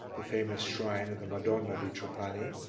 the famous shrine of the madonna di trapani,